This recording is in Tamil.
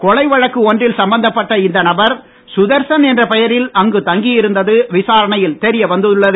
கொலை வழக்கு ஒன்றில் சம்பந்தப்பட்ட இந்த நபர் சுதர்சன் என்ற பெயரில் அங்கு தங்கியிருந்தது விசாரணையில் தெரியவந்துள்ளது